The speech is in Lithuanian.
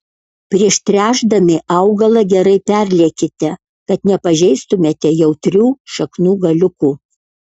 prieš tręšdami augalą gerai perliekite kad nepažeistumėte jautrių šaknų galiukų